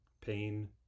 pain